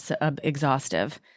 exhaustive